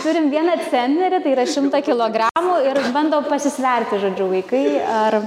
turim vieną centnerį tai yra šimtą kilogramų ir bando pasisverti žodžiu vaikai ar